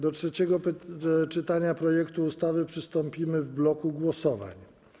Do trzeciego czytania projektu ustawy przystąpimy w bloku głosowań.